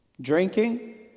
drinking